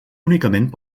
únicament